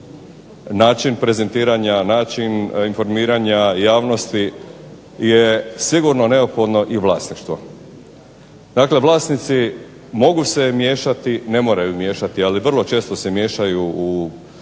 način prezentiranja, način informiranja javnosti je sigurno neophodno i vlasništvo. Dakle, vlasnici mogu se miješati, ne moraju miješati ali vrlo često se miješaju u uređivačku